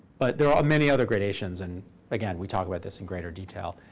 but there are many other gradations. and again, we talk about this in greater detail.